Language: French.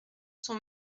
son